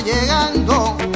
llegando